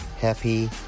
happy